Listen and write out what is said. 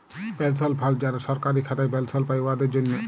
পেলশল fund যারা সরকারি খাতায় পেলশল পায়, উয়াদের জ্যনহে